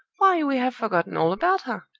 why, we have forgotten all about her!